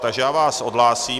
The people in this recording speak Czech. Takže já vás odhlásím.